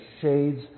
shades